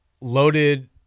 loaded